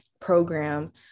program